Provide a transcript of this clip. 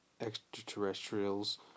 extraterrestrials